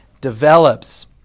develops